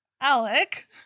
Alec